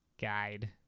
Guide